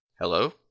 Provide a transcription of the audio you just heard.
Hello